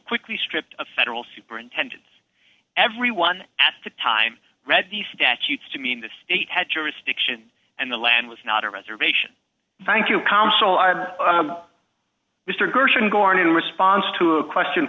quickly stripped of federal superintendents everyone at the time read the statutes to mean the state had jurisdiction and the land was not a reservation thank you consul i'm mr gershom born in response to a question